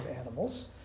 animals